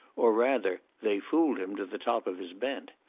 or rather, they fooled him to the top of his bent.